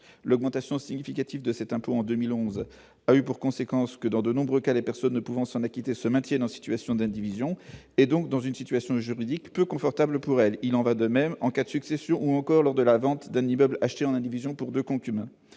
absent significatif de cet impôt en 2011 a eu pour conséquence que dans de nombreux cas, les personnes ne pouvant s'en acquitter se maintiennent en situation d'indivision et donc dans une situation juridique confortable pour elle, il en va de même en cas de succession ou encore lors de la vente d'un immeuble acheter en indivision pour 2 concubins,